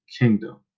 kingdom